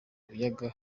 biyaga